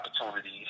opportunities